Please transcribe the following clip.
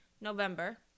November